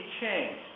change